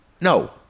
no